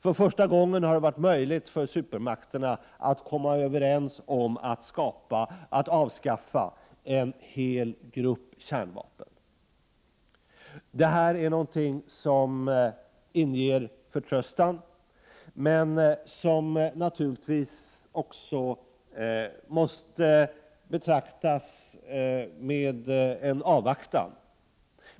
För första gången har det varit möjligt för supermakterna att komma överens om att avskaffa en hel grupp av kärnvapen. Detta är någonting som inger förtröstan, men som man naturligtvis också måste betrakta med avvaktan.